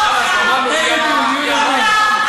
ועדת החינוך.